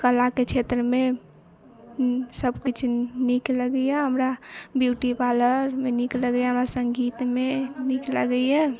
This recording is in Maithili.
कला के क्षेत्र मे सब किछु नीक लगैया हमरा ब्यूटी पार्लर मे नीक लगैया हमरा संगीत मे नीक लगैया